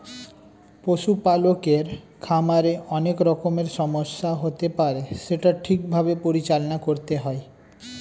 পশু পালকের খামারে অনেক রকমের সমস্যা হতে পারে সেটা ঠিক ভাবে পরিচালনা করতে হয়